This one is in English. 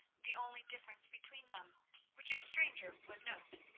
the only difference between them which a stranger would note,